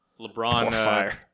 LeBron